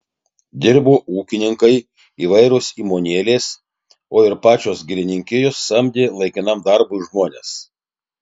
dirbo ūkininkai įvairios įmonėlės o ir pačios girininkijos samdė laikinam darbui žmones